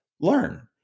learn